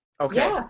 Okay